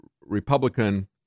Republican